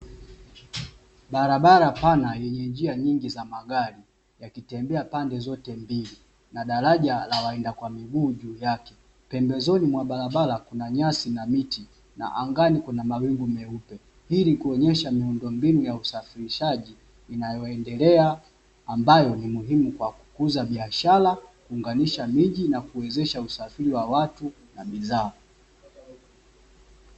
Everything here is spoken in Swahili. Barabara pana yenye njia nyingi za magari yakitembea pande zote mbili na daraja la waenda kwa miguu juu yake. Pembezoni mwa barabara kuna nyasi na miti na angani kuna mawingu meupe, ili kuonyesha miundombinu ya usafirishaji inayoendelea ambayo ni muhimu kwa kukuza biashara, kuanganisha miji na kuwezesha usafiri wa watu na bidhaa.